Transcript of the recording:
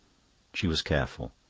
she was careful.